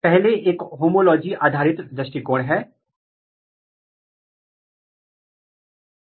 X के साथ B भी X के द्वारा रेगुलेटेड होता है लेकिन X B को प्रत्यक्ष रूप से रेगुलेट नहीं कर रहा है यह अप्रत्यक्ष रूप से B को रेगुलेट कर रहा है